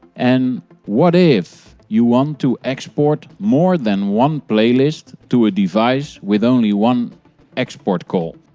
and what if you want to export more than one playlist to a device with only one export call.